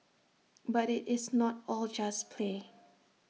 but IT is not all just play